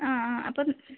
ആ ആ അപ്പം